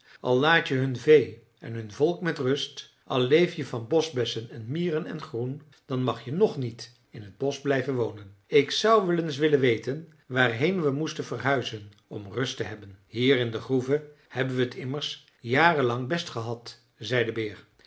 al laat je hun vee en hun volk met rust al leef je van boschbessen en mieren en groen dan mag je nog niet in t bosch blijven wonen ik zou wel eens willen weten waarheen we moesten verhuizen om rust te hebben hier in de groeve hebben we t immers jaren lang best gehad zei de beer